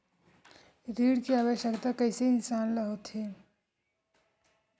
ऋण के आवश्कता कइसे इंसान ला होथे?